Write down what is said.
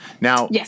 Now